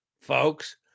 folks